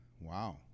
Wow